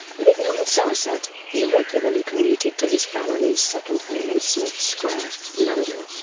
living in somerset, he regularly commuted to his family's second home in smith square, london,